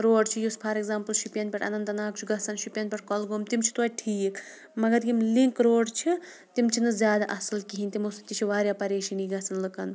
road چھُ یُس for example Shopian پٮ۪ٹھ اننت ناگ چھُ گژھان شُپیَن پٮ۪ٹھ کۄلگوم چھِ تِم چھِ توتہِ ٹھیٖک مگر یِم لِنٛک روڑ چھِ تِم چھِنہٕ زیادٕ اَصٕل کِہیٖنۍ تِمو سۭتۍ تہِ چھِ واریاہ پریشٲنی گژھان لُکَن